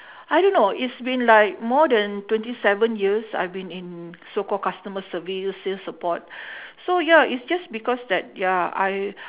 I don't know it's been like more than twenty seven years I've been in so called customer service sales support so ya it's just because that ya I